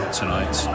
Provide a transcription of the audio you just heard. tonight